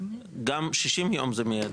גם 60 יום זה מידי.